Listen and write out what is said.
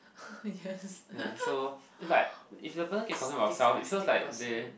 yes it's disgusting person